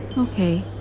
Okay